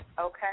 Okay